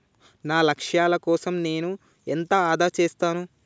నా లక్ష్యాల కోసం నేను ఎంత ఆదా చేస్తాను?